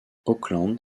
oakland